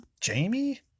Jamie